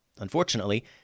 unfortunately